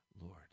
Lord